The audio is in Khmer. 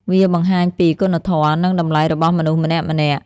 វាបង្ហាញពី គុណធម៌ និងតម្លៃរបស់មនុស្ស ម្នាក់ៗ។